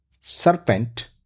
Serpent